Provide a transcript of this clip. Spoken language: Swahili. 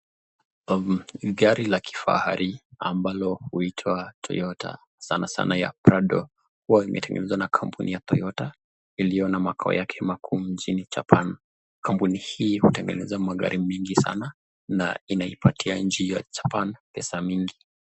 Ni gari la kifahari ambalo huitwa Toyota Prado huwa imetengenezewa na kampuni ya toyota iliyo na makao yao kuu nchini Japan. Kampuni hii inatengeneza magari mengi sana na inaipatia nchi ya japan pesa mingi.